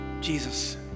Jesus